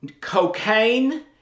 cocaine